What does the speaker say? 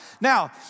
Now